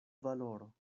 valoro